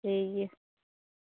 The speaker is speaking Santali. ᱴᱷᱤᱠ ᱜᱮᱭᱟ